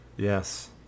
Yes